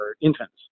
infants